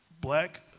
black